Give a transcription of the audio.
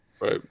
Right